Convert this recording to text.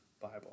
Bible